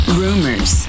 rumors